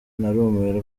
narumiwe